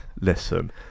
Listen